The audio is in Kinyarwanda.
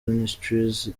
ministries